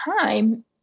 time